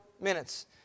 minutes